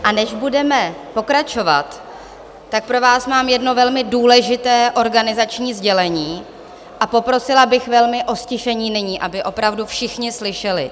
A než budeme pokračovat, tak pro vás mám jedno velmi důležité organizační sdělení a poprosila bych velmi o ztišení nyní, aby opravdu všichni slyšeli.